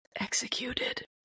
executed